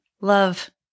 love